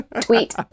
Tweet